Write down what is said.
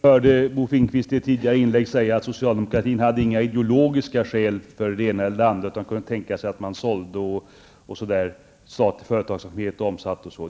Herr talman! Vi hörde Bo Finnkvist i ett tidigare inlägg säga att socialdemokraterna inte hade några ideologiska skäl för det ena eller det andra utan kunde tänka sig att sälja statliga företag osv.